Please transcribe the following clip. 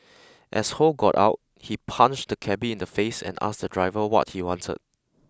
as Ho got out he punched the cabby in the face and asked the driver what he wanted